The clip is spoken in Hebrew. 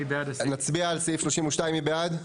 נצביע על סעיף 32. מי בעד?